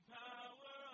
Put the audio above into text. power